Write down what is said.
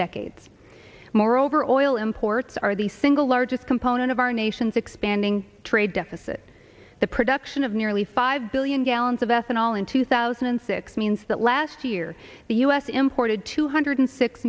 decades moreover oil imports are the single largest component of our nation's expanding trade deficit the production of nearly five billion gallons of ethanol in two thousand and six means that last year the u s imported two hundred